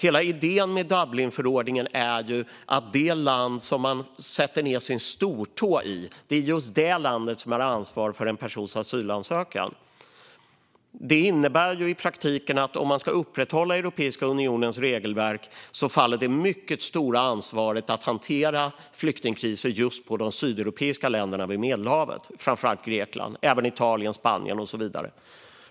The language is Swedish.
Hela idén med Dublinförordningen är ju att det land som en person sätter ned sin stortå i är ansvarigt för personens asylansökan. Detta innebär i praktiken att om man ska upprätthålla Europeiska unionens regelverk faller det mycket stora ansvaret att hantera flyktingkriser på de sydeuropeiska länderna vid Medelhavet, framför allt Grekland och även Italien, Spanien och så vidare.